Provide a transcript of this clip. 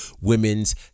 women's